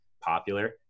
popular